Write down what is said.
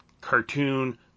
cartoon